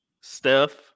Steph